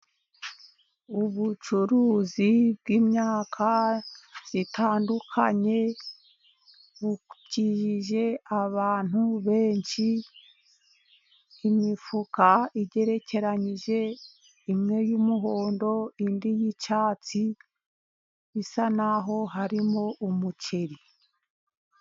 Ubucuruzi bw'imyaka itandukanye bukijije abantu benshi. Imifuka igerekeranyije imwe y'umuhondo, indi y'icyatsi bisa naho harimo umuceri.